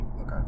Okay